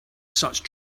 such